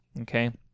okay